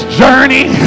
journey